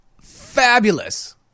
fabulous